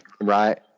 right